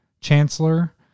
Chancellor